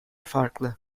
farklı